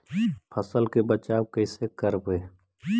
फसल के बचाब कैसे करबय?